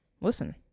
Listen